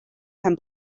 pen